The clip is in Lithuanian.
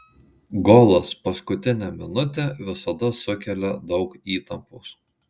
golas paskutinę minutę visada sukelia daug įtampos